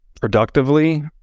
productively